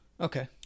Okay